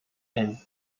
and